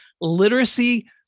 literacy